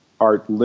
art